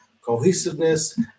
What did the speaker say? cohesiveness